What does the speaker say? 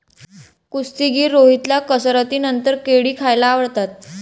कुस्तीगीर रोहितला कसरतीनंतर केळी खायला आवडतात